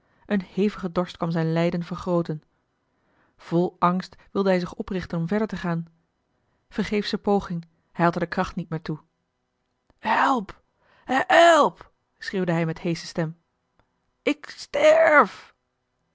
een hevige dorst kwam zijn lijden vergrooten vol angst wilde hij zich oprichten om verder te gaan vergeefsche poging hij had er de kracht niet meer toe help help schreeuwde hij met heesche stem ik sterf